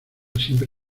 siempre